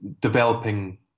developing